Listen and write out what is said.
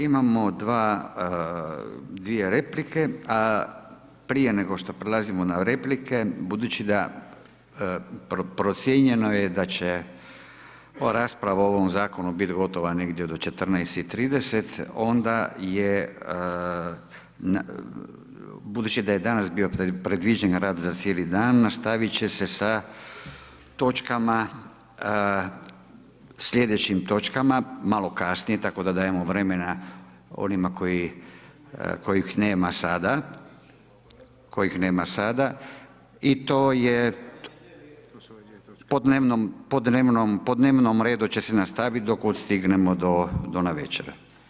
Imamo dvije replike, a prije nego što prelazimo na replike, budući da, procijenjeno je da će ova rasprava o ovom Zakonu biti gotovo negdje do 14:30 sati, onda je, budući da je danas bio predviđen rad za cijeli dan, nastavit će se sa točkama, sljedećim točkama, malo kasnije, tako da dajemo vremena onima kojih, kojih nema sada, kojih nema sada i to je, po dnevnom redu će se nastaviti do kud stignemo do navečer.